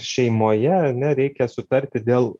šeimoje ar ne reikia sutarti dėl